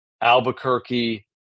Albuquerque